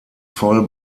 voll